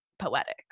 Poetic